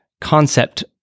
concept